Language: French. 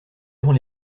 avant